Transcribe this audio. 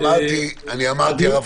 הרב